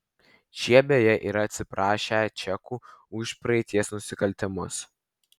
šie beje yra atsiprašę čekų už praeities nusikaltimus